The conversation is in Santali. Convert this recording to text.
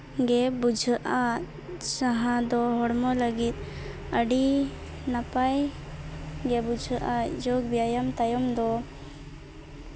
ᱜᱮ ᱵᱩᱡᱷᱟᱹᱜᱼᱟ ᱡᱟᱦᱟᱸ ᱫᱚ ᱦᱚᱲᱢᱚ ᱞᱟᱹᱜᱤᱫ ᱟᱹᱰᱤ ᱱᱟᱯᱟᱭ ᱜᱮ ᱵᱩᱡᱷᱟᱹᱜᱼᱟ ᱡᱳᱜᱽ ᱵᱮᱭᱟᱢ ᱛᱟᱭᱚᱢ ᱫᱚ